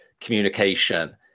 communication